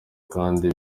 kandi